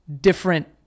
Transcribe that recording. different